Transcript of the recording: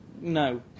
no